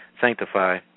sanctify